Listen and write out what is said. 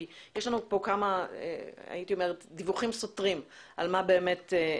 כי יש לנו פה כמה דיווחים סותרים על המצב.